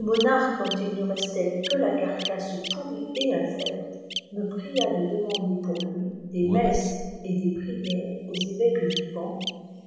monaq ie dont il ne restait plus qiifie ki carcasse pourrie et infecte me pria de demander pour lui des messes et des prières aux évé ques vivants